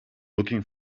looking